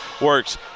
works